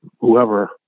whoever